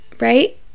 right